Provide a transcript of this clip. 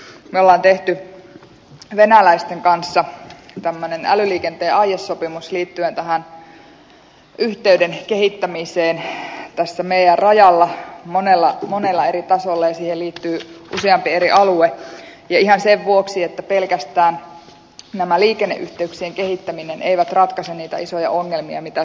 me olemme tehneet venäläisten kanssa tämmöisen älyliikenteen aiesopimuksen liittyen tähän yhteyden kehittämiseen tässä meidän rajalla monella eri tasolla ja siihen liittyy useampi eri alue ja ihan sen vuoksi että pelkästään näiden liikenneyhteyksien kehittäminen ei ratkaise niitä isoja ongelmia mitä siellä on